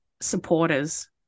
supporters